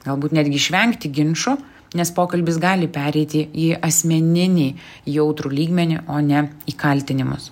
galbūt netgi išvengti ginčų nes pokalbis gali pereiti į asmeninį jautrų lygmenį o ne į kaltinimus